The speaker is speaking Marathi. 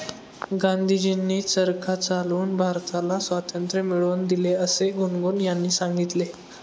गांधीजींनी चरखा चालवून भारताला स्वातंत्र्य मिळवून दिले असे गुनगुन यांनी सांगितले